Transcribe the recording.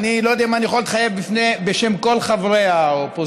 אני לא יודע אם אני יכול להתחייב בשם כל חברי האופוזיציה,